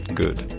good